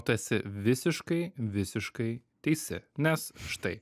tu esi visiškai visiškai teisi nes štai